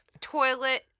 toilet